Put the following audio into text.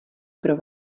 pro